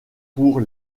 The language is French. pour